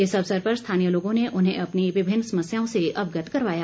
इस अवसर पर स्थानीय लोगों ने उन्हें अपनी विभिन्न समस्याओं से अवगत करवाया